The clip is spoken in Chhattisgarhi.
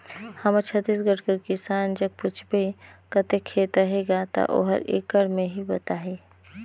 हमर छत्तीसगढ़ कर किसान जग पूछबे कतेक खेत अहे गा, ता ओहर एकड़ में ही बताही